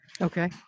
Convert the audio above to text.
okay